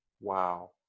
Wow